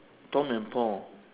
tom and paul